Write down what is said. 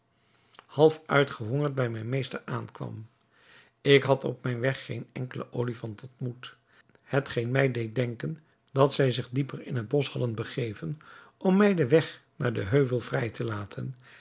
half uitgehongerd bij mijn meester aankwam ik had op mijn weg geen enkelen olifant ontmoet hetgeen mij deed denken dat zij zich dieper in het bosch hadden begeven om mij den weg naar den heuvel vrij te laten